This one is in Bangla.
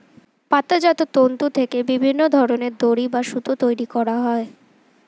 পাতাজাত তন্তু থেকে বিভিন্ন ধরনের দড়ি বা সুতো তৈরি করা হয়